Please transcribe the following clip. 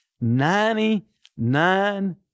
Ninety-nine